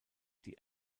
die